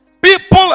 People